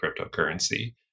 cryptocurrency